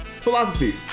Philosophy